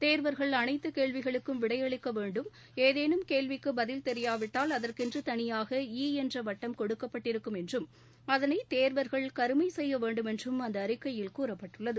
தேர்வர்கள் அனைத்து கேள்விகளுக்கும் விடை அளிக்க வேண்டும் ஏதேனும் கேள்விக்கு பதில் தெரியாவிட்டால் அதற்கென்று தனியாக ஈ என்ற வட்டம் கொடுக்கப்பட்டிருக்கும் என்றும் அதனை தேர்வர்கள் கருமை செய்ய வேண்டும் என்றும் அந்த அறிக்கையில் கூறப்பட்டுள்ளது